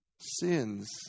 sins